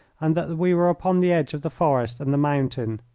and that we were upon the edge of the forest and the mountain.